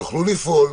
יוכלו לפעול,